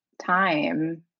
time